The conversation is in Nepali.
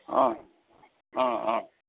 अँ अँ अँ